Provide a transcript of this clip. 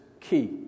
key